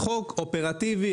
חוק אופרטיבי,